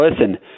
listen